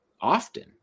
often